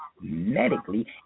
medically